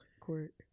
Court